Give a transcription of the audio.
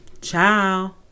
ciao